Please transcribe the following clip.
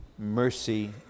Mercy